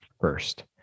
first